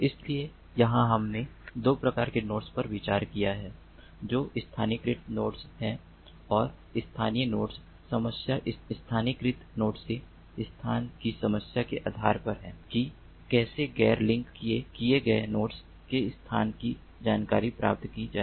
इसलिए यहां हमने 2 प्रकार के नोड्स पर विचार किया है जो स्थानीयकृत नोड्स हैं और स्थानीय नोड्स समस्या स्थानीयकृत नोड्स से स्थान की जानकारी के आधार पर है कि कैसे गैर लिंक किए गए नोड्स के स्थान की जानकारी प्राप्त की जाए